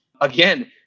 Again